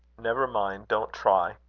never mind. don't try.